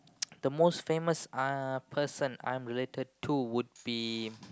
the most famous uh person I'm related to would be